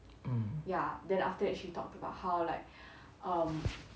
mm